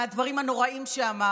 מהדברים הנוראיים שאמרת.